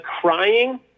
crying